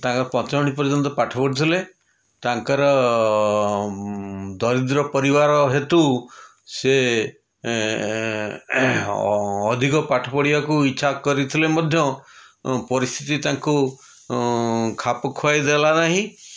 ତାଙ୍କ ପଞ୍ଚମ ଶ୍ରେଣୀ ପର୍ଯ୍ୟନ୍ତ ପାଠ ପଢ଼ିଥିଲେ ତାଙ୍କର ଦରିଦ୍ର ପରିବାର ହେତୁ ସିଏ ଅଧିକ ପାଠ ପଢ଼ିବାକୁ ଇଚ୍ଛା କରିଥିଲେ ମଧ୍ୟ ପରିସ୍ଥିତି ତାଙ୍କୁ ଖାପଖୁଆଇ ଦେଲାନାହିଁ